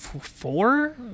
four